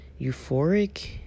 euphoric